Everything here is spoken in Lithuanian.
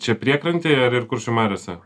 čia priekrantėj ar ir kuršių mariose